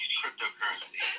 cryptocurrency